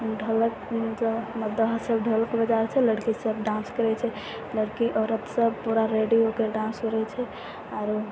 ढोलक मतलब मरदाबा सब ढोलक बजाबै छै लड़की सब डांस करै छै लड़की औरत सब पूरा रेडी हो के डांस करै छै आरो